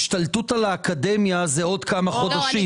ההשתלטות על האקדמיה זה עוד כמה חודשים.